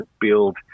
build